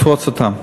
לפרוץ אותו.